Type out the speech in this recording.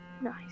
Nice